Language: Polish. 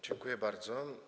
Dziękuję bardzo.